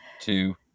two